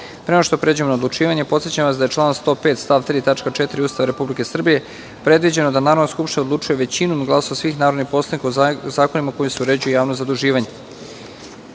nego što pređemo na odlučivanje, podsećam vas da je članom 105. stav 3. tačka 4. Ustava Republike Srbije, predviđeno da Narodna skupština odlučuje većinom glasova svih narodnih poslanika o zakonima kojima se uređuje javno zaduživanje. Stavljam